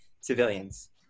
civilians